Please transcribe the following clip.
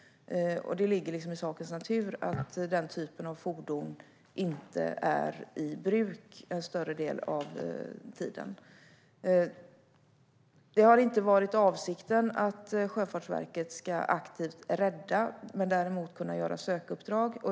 Det ligger liksom i sakens natur att den typen av fordon inte är i bruk någon större del av tiden. Det har inte varit avsikten att Sjöfartsverket ska kunna rädda aktivt men kunna göra sökuppdrag.